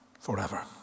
forever